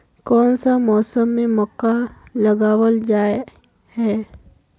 कोन सा मौसम में मक्का लगावल जाय है?